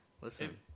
Listen